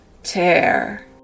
tear